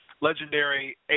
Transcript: legendary